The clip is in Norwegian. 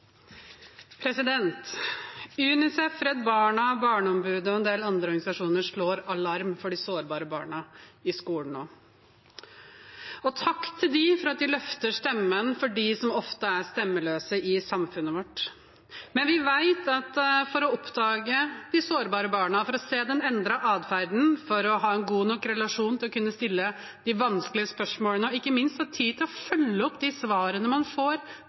nyåret. Unicef, Redd Barna, Barneombudet og en del andre organisasjoner slår alarm om de sårbare barna i skolen nå. Takk til dem for at de løfter stemmen for dem som ofte er stemmeløse i samfunnet vårt. Men vi vet at for å oppdage de sårbare barna, for å se den endrede atferden, for å ha en god nok relasjon til å kunne stille de vanskelige spørsmålene – og ikke minst ha tid til å følge opp de svarene man får,